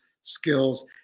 skills